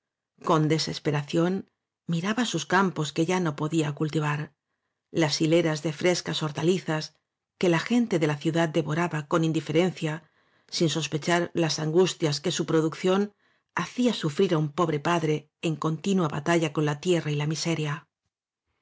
con desesperación miraba sus campos que ya no podía cultivar las hileras de frescashortalizas que la gente de la ciudad devoraba con indiferencia sin sospechar las angustiasque su producción hacía sufrir á un pobre padre en continua batalla con la tierra y la miseria